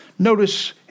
Notice